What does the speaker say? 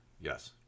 Yes